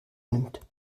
nimmt